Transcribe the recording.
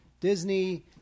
Disney